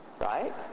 Right